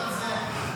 נתקבלו.